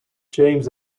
james